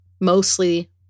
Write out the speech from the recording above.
mostly